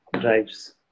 drives